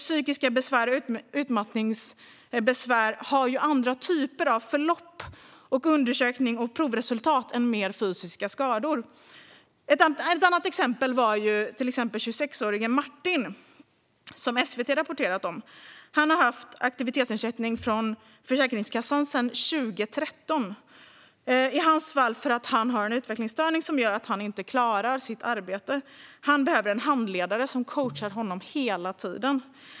Psykiska besvär och utmattningsbesvär har dessutom andra sorters förlopp och undersöknings och provresultat än mer fysiska skador har. Ett annat exempel är 26-årige Martin, som SVT har rapporterat om. Han har haft aktivitetsersättning från Försäkringskassan sedan 2013, på grund av en utvecklingsstörning som gör att han inte klarar sitt arbete utan en handledare som coachar honom hela tiden.